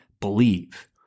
believe